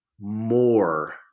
more